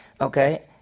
Okay